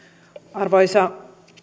arvoisa